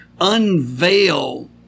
unveil